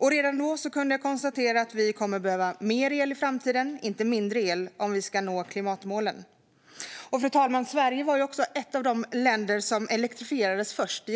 Jag kunde redan då konstatera att vi i framtiden kommer att behöva mer, inte mindre, el om vi ska nå klimatmålen. Fru talman! Sverige var ett av de länder i Europa som elektrifierades först.